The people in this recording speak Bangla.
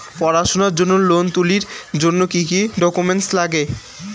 পড়াশুনার জন্যে লোন তুলির জন্যে কি কি ডকুমেন্টস নাগে?